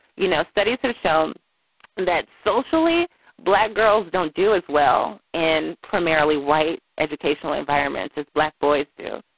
you know, studies have shown that socially black girls don't do as well in primarily white educational environments as black boys do.